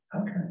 Okay